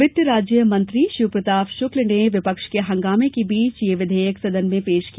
वित्त राज्य मंत्री शिव प्रताप शुक्ल ने विपक्ष के हंगामे के बीच यह विधेयक सदन में पेश किया